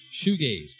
shoegaze